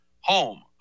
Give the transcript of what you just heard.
home